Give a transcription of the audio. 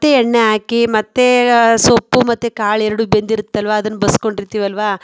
ಮತ್ತು ಎಣ್ಣೆ ಹಾಕಿ ಮತ್ತು ಸೊಪ್ಪು ಮತ್ತೆ ಕಾಳು ಎರಡೂ ಬೆಂದಿರುತ್ವಲ್ಲ ಅದನ್ನು ಬಸ್ಕೊಂಡಿರ್ತೀವಲ್ವ